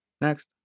Next